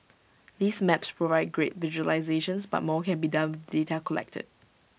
these maps provide great visualisations but more can be done data collected